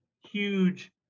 huge